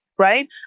Right